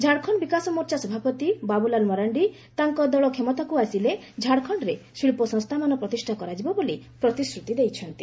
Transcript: ଝାଡ଼ଖଣ୍ଡ ବିକାଶମୋର୍ଚ୍ଚା ସଭାପତି ବାବୁଲାଲ ମରାଣ୍ଡି ତାଙ୍କ ଦଳ କ୍ଷମତାକୁ ଆସିଲେ ଝାଡ଼ଖଣ୍ଡରେ ଶିଳ୍ପସଂସ୍ଥାମାନ ପ୍ରତିଷ୍ଠା କରାଯିବ ବୋଲି ପ୍ରତିଶ୍ରତି ଦେଇଛନ୍ତି